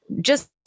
Just-